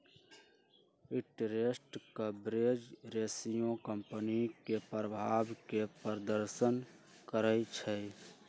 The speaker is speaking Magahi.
इंटरेस्ट कवरेज रेशियो कंपनी के प्रभाव के प्रदर्शन करइ छै